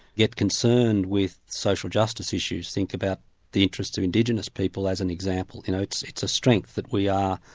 get concerned with social justice issues. think about the interests of indigenous people as an example. you know, it's it's a strength that we are,